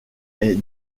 est